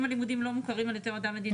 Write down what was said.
אם הלימודים לא מוכרים על ידי אותה מדינה,